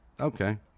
Okay